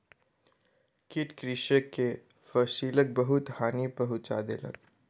कीट कृषक के फसिलक बहुत हानि पहुँचा देलक